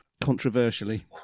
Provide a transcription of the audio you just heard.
controversially